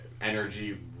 energy